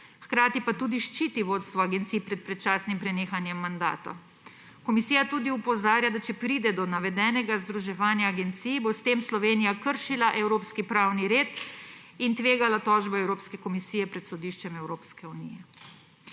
hkrati pa tudi ščiti vodstvo agencij pred predčasnim prenehanjem mandata. Komisija tudi opozarja, da če pride do navedenega združevanja agencij, bo s tem Slovenija kršila evropski pravni red in tvegala tožbe Evropske komisije pred sodiščem Evropske unije.